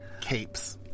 Capes